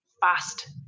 fast